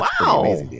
Wow